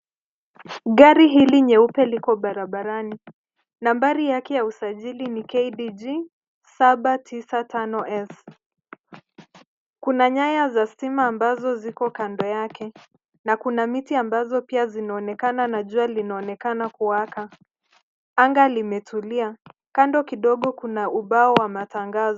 Gari hili nyeupe liko barabarani nambari yake ya usajili ni k d g 7 9 5 s . Kuna nyaya za stima ambazo ziko kando yake na kuna miti ambazo pia zinaonekana na jua linaonekana kuwaka. Anga limetulia. Kando kidogo kuna ubao wa matangazo.